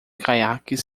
caiaques